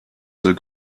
soll